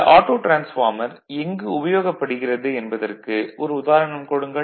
இந்த auto transformer எங்கு உபயோகப்படுகிறது என்பதற்கு ஒரு உதாரணம் கொடுங்கள்